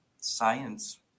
science